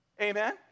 Amen